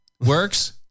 works